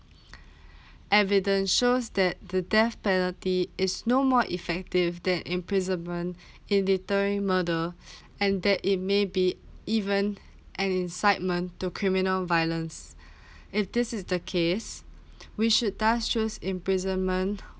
evidence shows that the death penalty is no more effective than imprisonment in deterring murder and that it maybe even an incitement to criminal violence if this is the case we should thus shows imprisonment